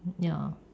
ya